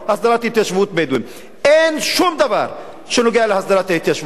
הסדרת התיישבות בדואים אין שום דבר שנוגע להסדרת ההתיישבות.